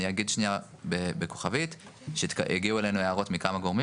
אני אגיד שניה בכוכבית שהגיעו אלינו הערות מכמה גורמים